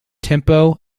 tempo